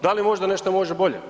Da li možda nešto može bolje?